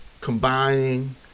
combining